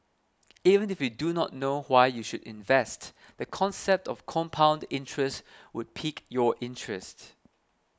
even if you do not know why you should invest the concept of compound interest would pique your interest